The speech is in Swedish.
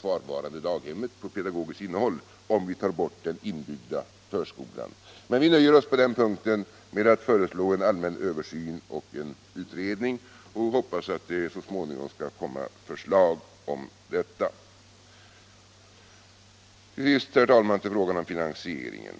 ”kvarvarande” daghemmet utarmas på pedagogiskt innehåll, om man tar bort den inbyggda förskolan. Men vi nöjer oss på den punkten med att förorda en allmän översyn och en utredning och hoppas att det så småningom skall komma fram ett förslag. Till sist, herr talman, frågan om finansieringen.